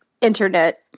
internet